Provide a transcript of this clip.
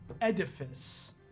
edifice